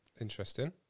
interesting